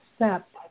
accept